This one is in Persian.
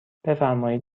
بفرمایید